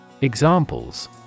Examples